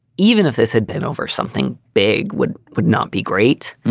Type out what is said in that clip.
even if this had been over, something big would would not be great.